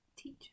teacher